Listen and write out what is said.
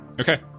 Okay